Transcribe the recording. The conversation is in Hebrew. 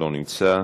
לא נמצא,